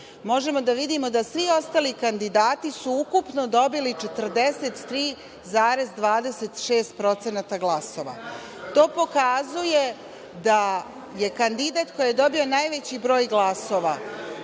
možemo da vidimo da su svi ostali kandidati ukupno dobili 43,26% glasova. To pokazuje da kandidat koji je dobio najveći broj glasova